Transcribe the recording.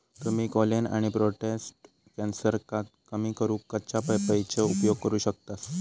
तुम्ही कोलेन आणि प्रोटेस्ट कॅन्सरका कमी करूक कच्च्या पपयेचो उपयोग करू शकतास